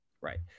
Right